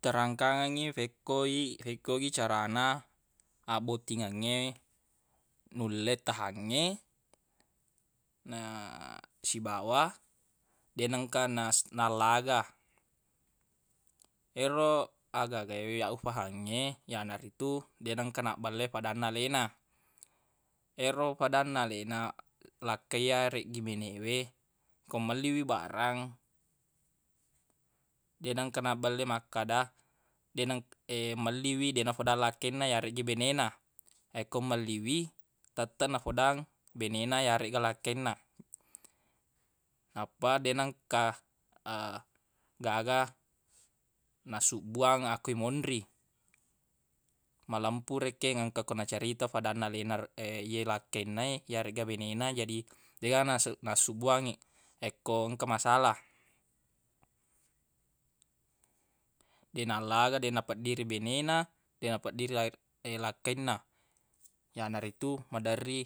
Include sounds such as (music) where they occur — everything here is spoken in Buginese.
Terangkangengngi fekkoi fekko gi carana abbottingengnge nulle tahangnge na sibawa deq nengka nas- nallaga yero agaga e ya ufahange yanaritu deq nengka nabbelle fadanna alena ero fadanna alena lakkai eyareggi bene we ko melli wi barang deq negka nabbelle makkada deq neng- (hesitation) melli wi deq na fedang lakkainna yareggi bene na yekko melli wi tette nafedang bene na yaregga lakkainna nappa deq nengka (hesitation) gaga nasubbuang akko imonri (noise) malempu rekeng ko engka ko nacerita fadanna alena ro (hesitation) ye lakkainna e yaregga bene na jadi deq ga nase- nassubbuangnge yekko engka masala deq nallaga deq napeddiri bene na deq napediri (hesitation) lakkainna (noise) yanaritu madeeri